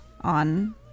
on